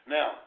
Now